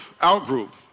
out-group